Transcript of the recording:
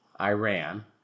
Iran